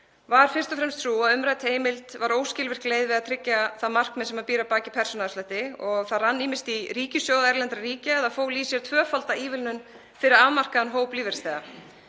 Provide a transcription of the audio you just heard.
var fyrst og fremst sú að umrædd heimild var óskilvirk leið við að tryggja það markmið sem býr að baki persónuafslætti og það rann ýmist í ríkissjóð erlendra ríkja eða fól í sér tvöfalda ívilnun fyrir afmarkaðan hóp lífeyrisþega.